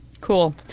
Cool